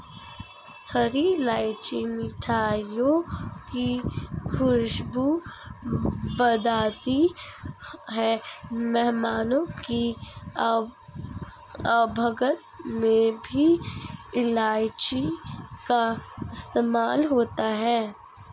हरी इलायची मिठाइयों की खुशबू बढ़ाती है मेहमानों की आवभगत में भी इलायची का इस्तेमाल होता है